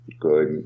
good